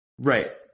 Right